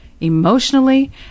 emotionally